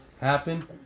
happen